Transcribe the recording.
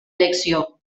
elecció